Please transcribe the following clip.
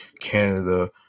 Canada